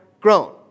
grown